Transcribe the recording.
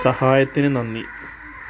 സഹായത്തിന് നന്ദി